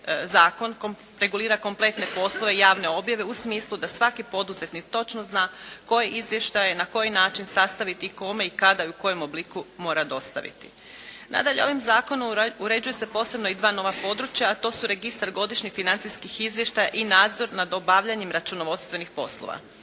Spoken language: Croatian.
zakon, regulira kompletne poslove javne objave u smislu da svaki poduzetnik točno zna koje izvještaje, na koji način sastaviti, kome i kada i u kojem obliku mora dostaviti. Nadalje, ovim Zakonom uređuju se posebno i dva nova područja, a to su registar godišnjih financijskih izvještaja i nadzor nad obavljanjem računovodstvenih poslova.